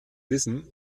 wissen